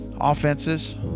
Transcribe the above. offenses